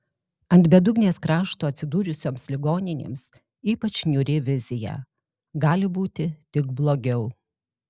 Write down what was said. ant bedugnės krašto atsidūrusioms ligoninėms ypač niūri vizija gali būti tik blogiau